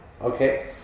okay